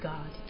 God